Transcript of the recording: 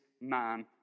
man